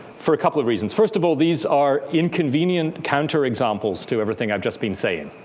for a couple of reasons. first of all, these are inconvenient counter examples to everything i've just been saying.